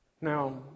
Now